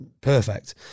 perfect